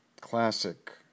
classic